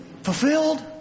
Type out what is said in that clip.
Fulfilled